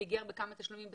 פיגר בכמה תשלומים בסלולר,